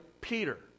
Peter